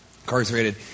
incarcerated